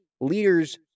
leaders